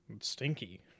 stinky